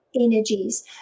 energies